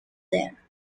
there